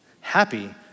Happy